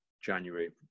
January